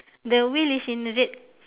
the wheel is in red